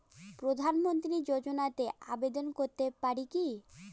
প্রধানমন্ত্রী যোজনাতে আবেদন করতে পারি কি?